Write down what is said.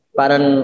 parang